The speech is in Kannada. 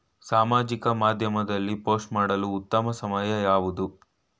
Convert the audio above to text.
ಸಾಮಾಜಿಕ ಮಾಧ್ಯಮದಲ್ಲಿ ಪೋಸ್ಟ್ ಮಾಡಲು ಉತ್ತಮ ಸಮಯ ಯಾವುದು?